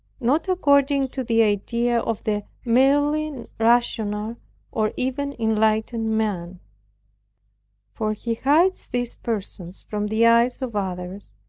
not according to the idea of the merely rational or even enlightened man for he hides these persons from the eyes of others,